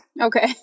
Okay